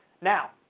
Now